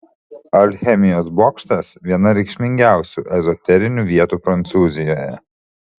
alchemijos bokštas viena reikšmingiausių ezoterinių vietų prancūzijoje